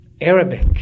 Arabic